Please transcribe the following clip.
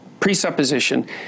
presupposition